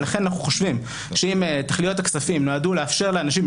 ולכן אנחנו חושבים שאם תכליות הכספים נועדו לאפשר לאנשים,